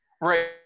right